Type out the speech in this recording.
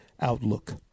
outlook